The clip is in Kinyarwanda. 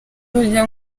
burya